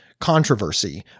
controversy